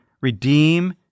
redeem